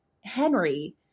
Henry